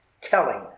telling